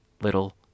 little